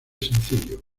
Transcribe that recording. sencillo